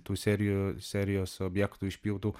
tų serijų serijos objektų išpjautų